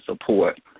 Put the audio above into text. support